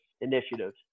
initiatives